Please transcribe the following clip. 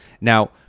Now